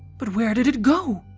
but where did it go?